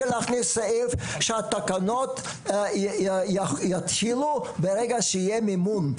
להכניס סעיף שהתקנות יתחילו ברגע שיהיה מימון.